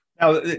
Now